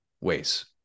ways